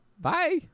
bye